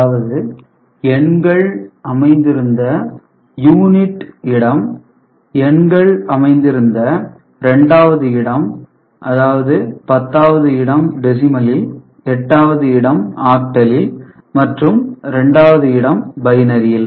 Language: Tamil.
அதாவது எண்கள் அமைந்து இருந்த யூனிட் அலகுகள்இடம் எண்கள் அமைந்து இருந்த 2 வதுஇடம் அதாவது 10 வது இடம் டெசிமலில் 8 வது இடம் ஆக்டலில் மற்றும் 2 வது இடம் பைனரியில்